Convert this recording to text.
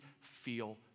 feel